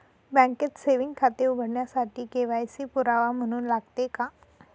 बँकेत सेविंग खाते उघडण्यासाठी के.वाय.सी पुरावा म्हणून लागते का?